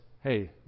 hey